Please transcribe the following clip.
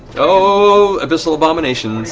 oh, abyssal abominations!